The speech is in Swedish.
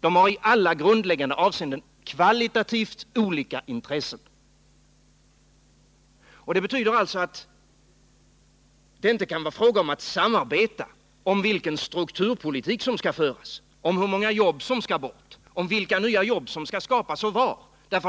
De har i alla väsentliga avseenden kvalitativt olika intressen. Det betyder alltså att det inte kan vara fråga om att samarbeta om vilken strukturpolitik som skall föras, hur många jobb som skall bort, vilka nya jobb som skall skapas och var, därför